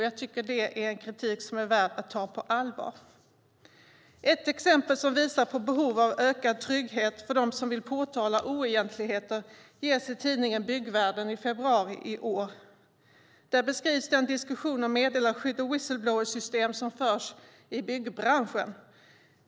Jag tycker att det är en kritik som är värd att ta på allvar. Ett exempel som visar på behov av ökad trygghet för dem som vill påtala oegentligheter ges i tidningen Byggvärlden från i februari i år. Där beskrivs den diskussion om meddelarskydd och whistle-blowersystem som förs i byggbranschen.